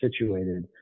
situated